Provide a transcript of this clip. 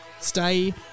stay